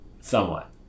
somewhat